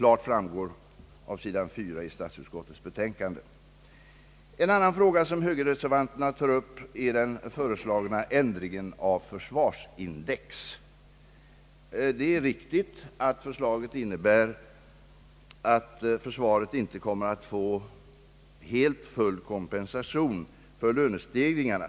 En annan fråga som högerreservanterna tar upp gäller den föreslagna ändringen av försvarsindex. Det är riktigt att förslaget innebär, att försvaret inte kommer att få hel och full kompensation för lönestegringarna.